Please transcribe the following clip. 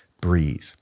breathe